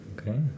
Okay